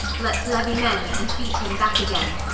let's leuie men, and beat him backe againe